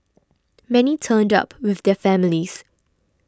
many turned up with their families